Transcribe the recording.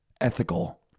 ethical